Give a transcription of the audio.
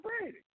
Brady